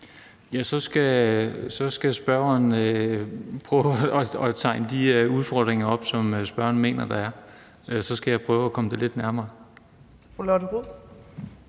så skal spørgeren prøve at tegne de udfordringer op, som spørgeren mener der er. Så skal jeg prøve at komme det lidt nærmere.